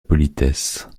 politesse